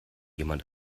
jemand